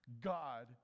God